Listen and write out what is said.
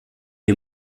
est